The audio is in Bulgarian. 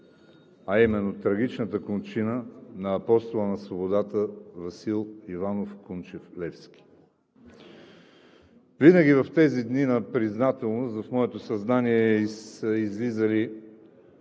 а именно трагичната кончина на Апостола на свободата Васил Иванов Кунчев – Левски. Винаги в тези дни на признателност в моето съзнание са излизали